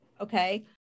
okay